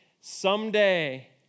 Someday